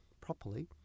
properly